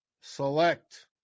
select